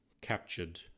captured